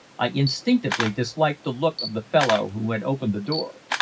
i instinctively disliked the look of the fellow who had opened the door.